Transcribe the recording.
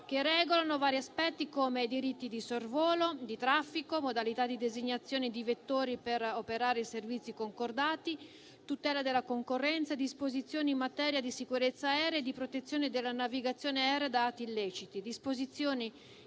che regolano vari aspetti, come i diritti di sorvolo e di traffico, le modalità di designazione di vettori per operare i servizi concordati, la tutela della concorrenza, disposizioni in materia di sicurezza aerea e di protezione della navigazione aerea da atti illeciti, disposizioni